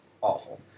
awful